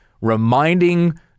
reminding